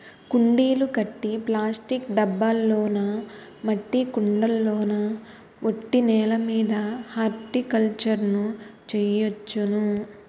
కుండీలు కట్టి ప్లాస్టిక్ డబ్బాల్లోనా మట్టి కొండల్లోన ఒట్టి నేలమీద హార్టికల్చర్ ను చెయ్యొచ్చును